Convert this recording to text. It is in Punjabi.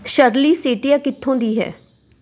ਸ਼ਰਲੀ ਸੀਟੀਆ ਕਿੱਥੋਂ ਦੀ ਹੈ